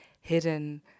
hidden